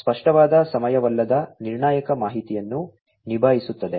ಸ್ಪಷ್ಟವಾದ ಸಮಯವಲ್ಲದ ನಿರ್ಣಾಯಕ ಮಾಹಿತಿಯನ್ನು ನಿಭಾಯಿಸುತ್ತದೆ